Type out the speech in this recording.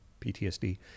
PTSD